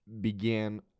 began